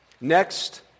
Next